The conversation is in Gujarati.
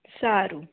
સારું